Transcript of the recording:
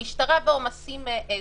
המשטרה עבדה בעומסים גדולים.